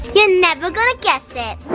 you're never gonna guess it.